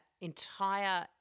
entire